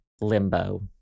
limbo